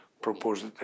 proposed